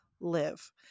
Live